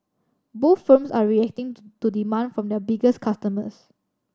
both firms are reacting to to demand from their biggest customers